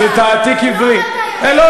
זה היסטוריה של המולדת, אתה יודע.